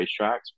racetracks